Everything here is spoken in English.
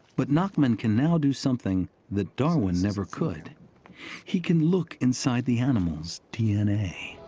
but nachmann can now do something that darwin never could he can look inside the animals' d n a.